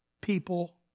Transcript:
people